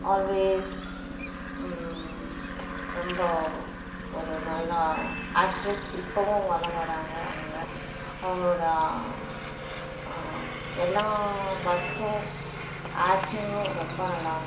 always ரொம்ப ஒரு நல்லா ஆக்ட்ரஸ் இப்போவும் வளம் வராங்க அவங்க அவங்களோட அ எல்லா ஒர்க்கும் ஆக்டிங்கும் ரொம்ப நல்லா இருக்கும்